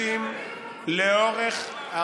כמה?